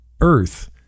Earth